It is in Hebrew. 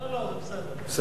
לא לא, זה בסדר.